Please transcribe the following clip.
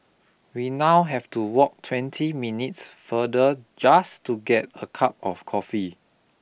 we now have to walk twenty minutes further just to get a cup of coffee